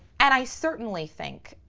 and i certainly think,